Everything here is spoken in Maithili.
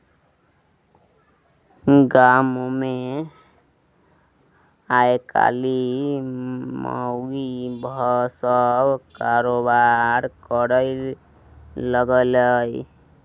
गामोमे आयकाल्हि माउगी सभ कारोबार करय लागलै